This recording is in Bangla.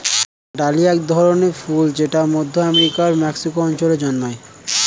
ডালিয়া এক ধরনের ফুল জেট মধ্য আমেরিকার মেক্সিকো অঞ্চলে জন্মায়